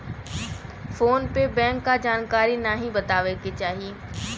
phone पे bank क जानकारी नाहीं बतावे के चाही